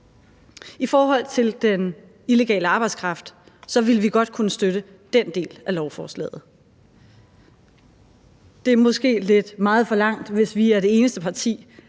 I forhold til den illegale arbejdskraft ville vi godt kunne støtte den del af lovforslaget. Hvis vi er det eneste parti,